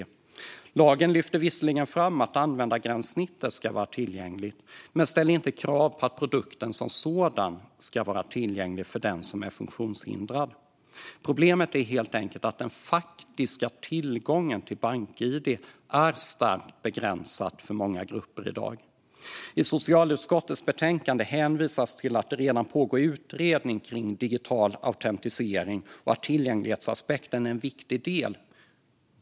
I lagen lyfts det visserligen fram att användargränssnittet ska vara tillgängligt, men det ställs inte krav på att produkten som sådan ska vara tillgänglig för den som är funktionshindrad. Problemet är helt enkelt att den faktiska tillgången till bank-id är starkt begränsad för många grupper i dag. I socialutskottets betänkande hänvisas det till att det redan pågår utredning kring digital autentisering och att tillgänglighetsaspekten är en viktig del.